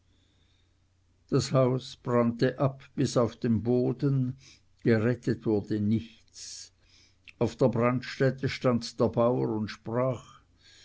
das haus brannte ab bis auf den boden gerettet wurde nichts auf der brandstätte stand der bauer und sprach